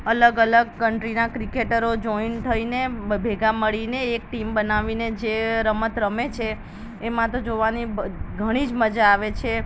અલગ અલગ કન્ટ્રીના ક્રિકેટરો જોઈન થઈને બ ભેગા મળીને એક ટીમ બનાવીને જે રમત રમે છે એમાં તો જોવાની બ ઘણી જ મજા આવે છે